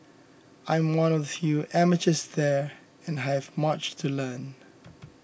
I am one of the few amateurs there and I have much to learn